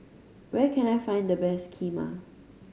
where can I find the best Kheema